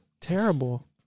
terrible